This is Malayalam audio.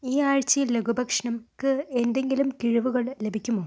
ഈ ആഴ്ചയിൽ ലഘു ഭക്ഷണംക്ക് എന്തെങ്കിലും കിഴിവുകൾ ലഭിക്കുമോ